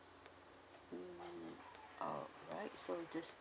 mm alright so this